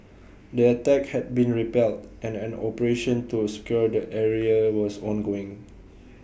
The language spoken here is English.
the attack had been repelled and an operation to secure the area was ongoing